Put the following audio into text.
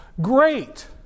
Great